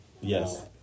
Yes